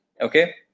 Okay